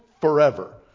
forever